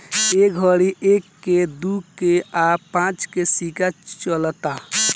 ए घड़ी एक के, दू के आ पांच के सिक्का चलता